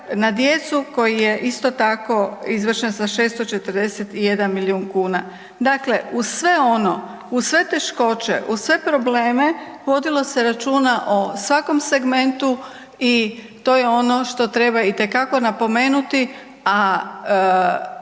na djecu koji je isto tako izvršen sa 641 milijun kuna. Dakle, uz sve ono, uz sve teškoće, uz sve probleme, vodilo se računa o svakom segmentu i to je ono što treba itekako napomenuti, a